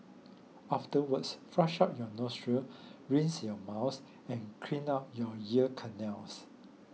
afterwards flush out your nostril rinse your mouth and clean out you ear canals